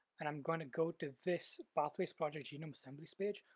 and i'm going to go to this pathways project genome assemblies page,